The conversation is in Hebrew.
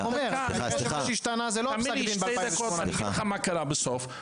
אז מה שהשתנה זה לא פסק הדין ב --- אני אגיד לך מה קרה בסוף,